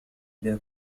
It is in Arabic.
إذا